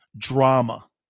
Drama